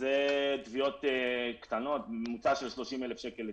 אלו תביעות קטנות, ממוצע של 30,000 שקל לתיק.